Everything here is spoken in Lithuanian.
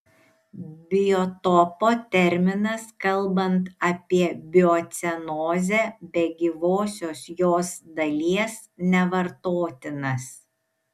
biotopo terminas kalbant apie biocenozę be gyvosios jos dalies nevartotinas